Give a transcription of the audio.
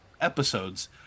episodes